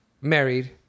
married